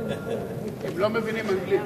הם לא מבינים אנגלית.